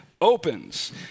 opens